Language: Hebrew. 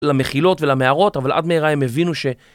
למחילות ולמערות, אבל עד מהרה הם הבינו ש...